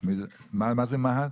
מה זה מה"ט?